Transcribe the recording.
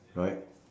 right